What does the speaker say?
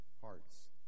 hearts